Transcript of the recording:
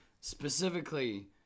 specifically